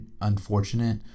unfortunate